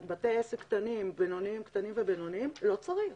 בתי עסק קטנים ובינוניים לא צריך.